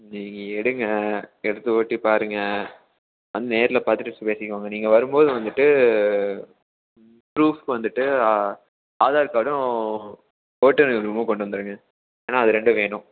நீங்கள் எடுங்க எடுத்து ஓட்டி பாருங்க வந்து நேரில் பார்த்துட்டு பேசிக்கோங்க நீங்கள் வரும்போது வந்துட்டு ப்ரூஃப்ஸ் வந்துட்டு ஆதார் கார்டும் ஓட்டுநர் உரிமமும் கொண்டு வந்துடுங்க ஏன்னால் அது ரெண்டு வேணும்